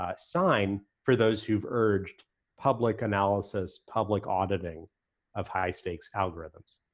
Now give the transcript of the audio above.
ah sign for those who've urged public analysis, public auditing of high stakes algorithms.